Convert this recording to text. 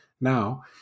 now